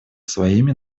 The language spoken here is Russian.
своими